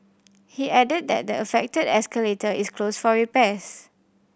he added that the affected escalator is closed for repairs